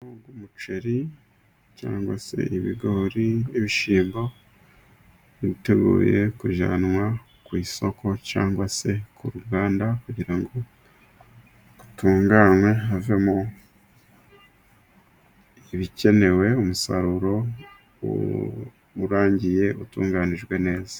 Umuceri cyangwa se ibigori n'ibishyimbo biteguye kujyanwa ku isoko cyangwa se ku ruganda, kugira ngo bitunganwe havemo ibikenewe umusaruro urangiye, utunganijwe neza.